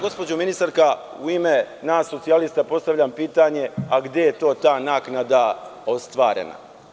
Gospođo ministarka, u ime nas socijalista, postavljam pitanje, a gde je ta naknada ostvarena?